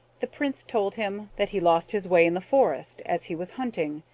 the prince told him that he lost his way in the forest as he was hunting,